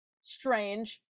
strange